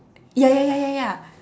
ya ya ya ya ya